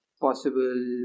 possible